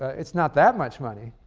it's not that much money.